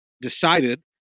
decided